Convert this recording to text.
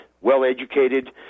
well-educated